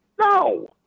No